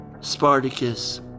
Spartacus